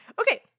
Okay